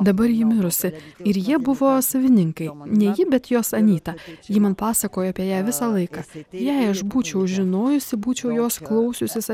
dabar ji mirusi ir jie buvo savininkai ne ji bet jos anyta ji man pasakojo apie ją visą laiką jei aš būčiau žinojusi būčiau jos klausiusis